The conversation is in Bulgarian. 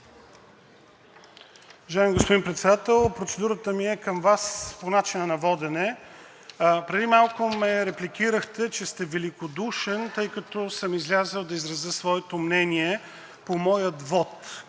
Уважаеми господин Председател, процедурата ми е към Вас по начина на водене. Преди малко ме репликирахте, че сте великодушен, тъй като съм излязъл да изразя своето мнение по моя вот.